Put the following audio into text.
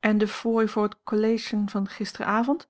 en de fooi voor het collation van gisteravond